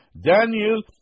Daniel